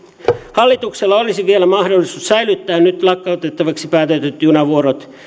hallituksella olisi vielä mahdollisuus säilyttää nyt lakkautettavaksi päätetyt junavuorot